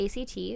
ACT